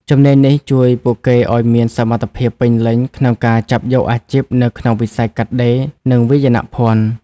ជំនាញនេះជួយពួកគេឱ្យមានសមត្ថភាពពេញលេញក្នុងការចាប់យកអាជីពនៅក្នុងវិស័យកាត់ដេរ និងវាយនភណ្ឌ។